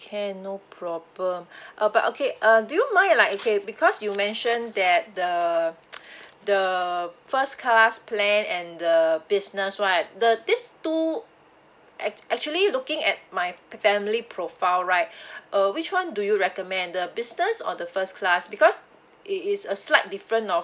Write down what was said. can no problem uh but okay uh do you mind like okay because you mentioned that the the first class plan and the business right the these two act actually looking at my family profile right uh which one do you recommend the business on the first class because it is a slight different of